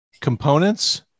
components